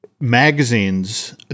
magazines